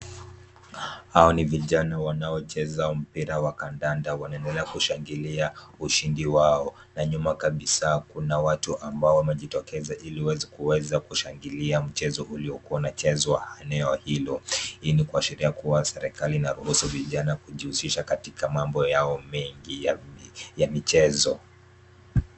Hawa ni vijana wanaocheza mpira wa kandanda wanaendelea kushangilia ushindi wao na nyuma kabisa kuna watu ambao wamejitokeza ili waweze kuweza kushangilia mchezo uliokuwa unachezwa eneo hilo. Hii ni kuashiria kuwa serikali inaruhusu vijana kujihusisha katika mambo yao mengi ya michezo.